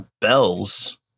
bells